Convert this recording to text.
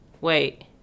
wait